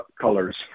colors